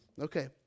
Okay